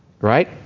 right